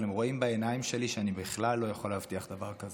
אבל הם רואים בעיניים שלי שאני בכלל לא יכול להבטיח דבר כזה.